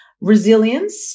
Resilience